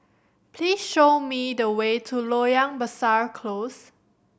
please show me the way to Loyang Besar Close